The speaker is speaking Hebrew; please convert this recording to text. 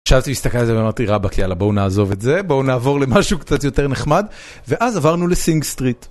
שאלתי להסתכל על זה ואמרתי ראבק יאללה בואו נעזוב את זה, בואו נעבור למשהו קצת יותר נחמד, ואז עברנו לסינג סטריט.